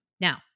Now